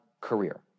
career